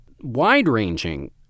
wide-ranging